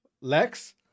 Lex